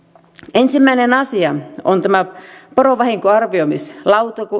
ensimmäinen asia on tämä porovahinkojen arvioimislautakunta